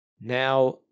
Now